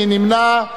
מי נמנע?